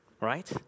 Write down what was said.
right